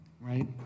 right